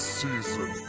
season